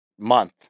month